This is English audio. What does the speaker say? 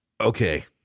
Okay